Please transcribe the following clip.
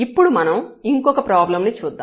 ఇప్పుడు మనం ఇంకొక ప్రాబ్లమ్ ని చూద్దాం